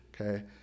Okay